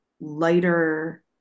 lighter